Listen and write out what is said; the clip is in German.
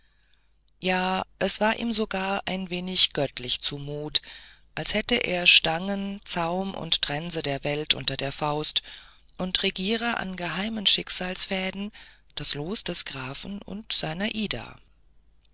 ja es war ihm sogar ein wenig göttlich zu mut als hätte er stangen zaum und trense der welt unter der faust und regiere an geheimen schicksalsfäden das los des grafen und seiner ida